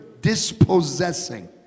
dispossessing